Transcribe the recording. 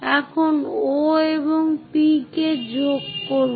এখন O এবং P কে যোগ করুন